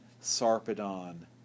Sarpedon